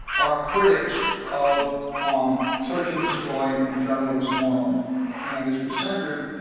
are critics of um search and destroy and general westmoreland and this was centered,